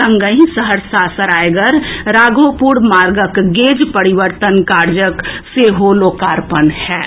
संगहि सहरसा सरायगढ़ राघोपुर मार्गक गेज परिवर्तन कार्यक सेहो लोकार्पण होयत